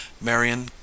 marion